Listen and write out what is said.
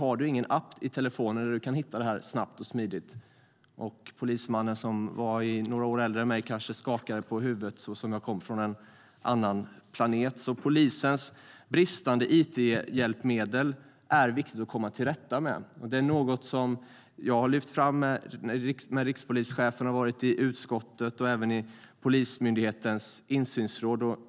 Har du ingen app i telefonen där du kan hitta detta snabbt och smidigt? Polismannen, som kanske var några år äldre än jag, skakade på huvudet som om jag kom från en annan planet. Polisens brister beträffande it-hjälpmedel är viktiga att komma till rätta med. Det är något som jag lyft fram när rikspolischefen besökt utskottet och även i Polismyndighetens insynsråd.